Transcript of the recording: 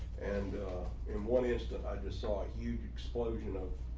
and in one instant, i just saw a huge explosion of